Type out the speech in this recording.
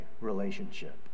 relationship